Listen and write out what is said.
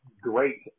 great